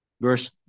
verse